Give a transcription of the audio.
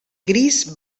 gris